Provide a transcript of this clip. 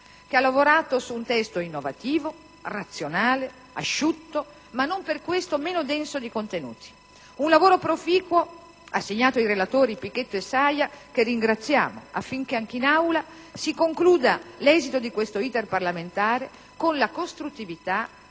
che ha lavorato su un testo innovativo, razionale, asciutto, ma non per questo meno denso di contenuti; un lavoro proficuo assegnato ai relatori Pichetto Fratin e Saia, che ringraziamo, affinché anche in Aula si concluda l'esito di questo *iter* parlamentare con la costruttività